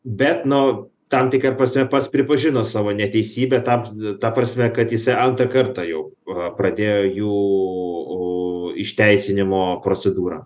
bet nu tam tikra prasme pats pripažino savo neteisybę tams ta prasme kad jisai antrą kartą jau a pradėjo jų o išteisinimo procedūrą